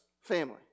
family